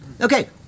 Okay